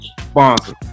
sponsor